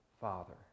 Father